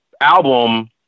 album